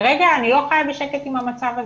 כרגע אני לא חיה בשקט עם המצב הזה,